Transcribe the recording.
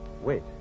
Wait